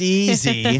easy